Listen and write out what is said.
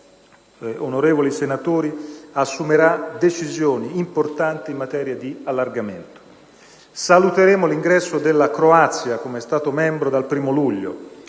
Consiglio europeo assumerà decisioni importanti in materia di allargamento. Saluteremo l'ingresso della Croazia come Stato membro dal 1° luglio;